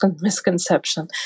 misconception